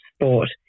sport